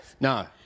No